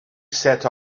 set